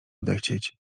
odechcieć